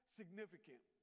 significant